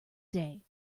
day